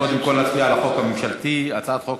קודם כול נצביע על החוק הממשלתי: הצעת חוק